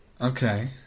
Okay